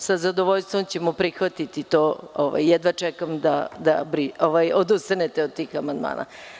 Sa zadovoljstvom ćemo prihvatiti, jedva čekam da odustanete od tih amandmana.